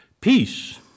Peace